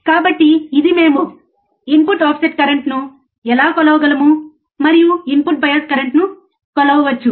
కాబట్టి ఇది మేము ఇన్పుట్ ఆఫ్సెట్ కరెంట్ను ఎలా కొలవగలము మరియు ఇన్పుట్ బయాస్ కరెంట్ ను కొలవవచ్చు